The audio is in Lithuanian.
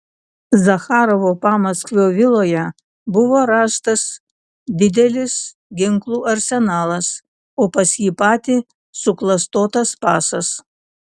zacharovo pamaskvio viloje buvo rastas didelis ginklų arsenalas o pas jį patį suklastotas pasas